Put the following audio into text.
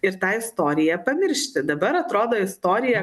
ir tą istoriją pamiršti dabar atrodo istorija